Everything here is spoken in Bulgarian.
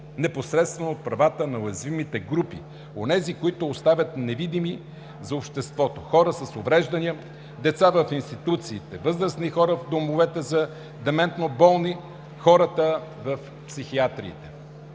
непосредствено от правата на уязвимите групи, онези, които остават невидими за обществото – хората с увреждания, децата в институции, възрастните хора в домовете за дементно болни, хората в психиатриите.